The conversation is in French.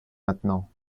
maintenant